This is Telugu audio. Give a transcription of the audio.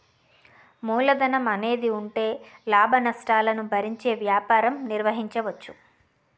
మూలధనం అనేది ఉంటే లాభనష్టాలను భరించే వ్యాపారం నిర్వహించవచ్చు